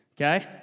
okay